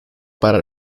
para